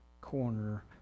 corner